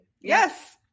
Yes